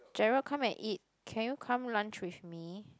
Gerald come and eat can you come lunch with me